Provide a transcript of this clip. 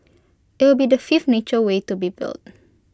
IT will be the fifth nature way to be built